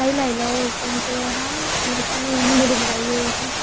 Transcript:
ठाई लेई लैओ उस दिन केह् होएआ हा भैनू कन्नै मेरी लड़ाई होई ही